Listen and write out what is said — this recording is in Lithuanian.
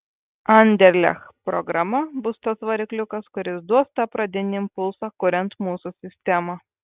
anderlecht programa bus tas varikliukas kuris duos tą pradinį impulsą kuriant mūsų sistemą